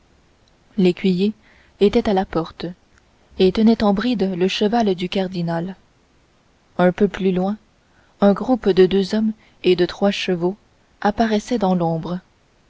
l'écuyer était à la porte et tenait en bride le cheval du cardinal un peu plus loin un groupe de deux hommes et de trois chevaux apparaissait dans l'ombre